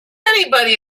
anybody